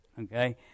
Okay